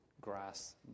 grass